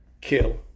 Kill